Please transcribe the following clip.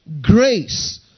Grace